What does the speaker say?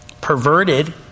perverted